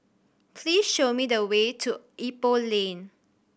please show me the way to Ipoh Lane